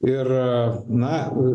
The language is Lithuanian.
ir na